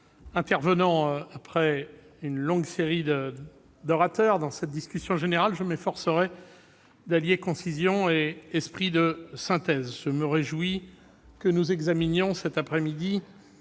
intervenant après une longue série d'orateurs dans cette discussion générale, je m'efforcerai d'allier concision et esprit de synthèse. Je me réjouis que nous examinions cet après-midi,